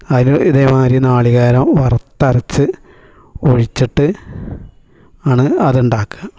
അതിൽ ഇതേമാതിരി നാളികേരം വരുത്തരച്ച് ഒഴിച്ചിട്ട് ആണ് അത് ഉണ്ടാക്കുക